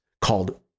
called